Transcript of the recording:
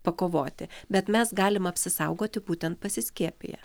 pakovoti bet mes galim apsisaugoti būtent pasiskiepiję